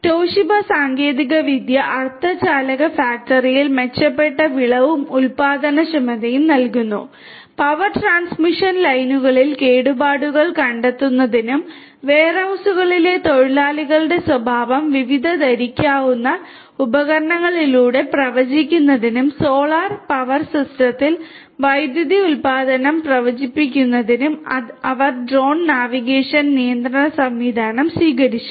Toshiba സാങ്കേതികവിദ്യ അർദ്ധചാലക ലൈനുകളിൽ കേടുപാടുകൾ കണ്ടെത്തുന്നതിനും വെയർഹൌസുകളിലെ തൊഴിലാളികളുടെ സ്വഭാവം വിവിധ ധരിക്കാവുന്ന ഉപകരണങ്ങളിലൂടെ പ്രവചിക്കുന്നതിനും സോളാർ പവർ സിസ്റ്റത്തിൽ വൈദ്യുതി ഉത്പാദനം പ്രവചിക്കുന്നതിനും അവർ ഡ്രോൺ നാവിഗേഷൻ നിയന്ത്രണ സംവിധാനം സ്വീകരിച്ചു